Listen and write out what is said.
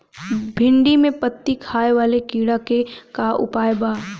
भिन्डी में पत्ति खाये वाले किड़ा के का उपाय बा?